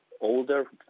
older